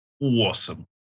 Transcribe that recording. awesome